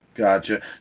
Gotcha